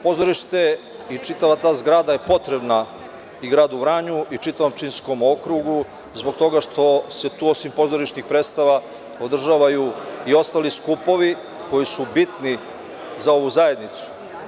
Pozorište i čitava ta zgrada su potrebni i gradu Vranju i čitavom Pčinjskom okrugu, zbog toga što se tu osim pozorišnih predstava održavaju i ostali skupovi koji su bitni za ovu zajednicu.